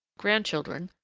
grandchildren,